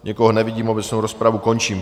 Nikoho nevidím, obecnou rozpravu končím.